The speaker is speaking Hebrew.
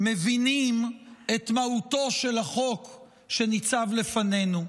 מבינים את מהותו של החוק שניצב לפנינו.